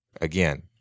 again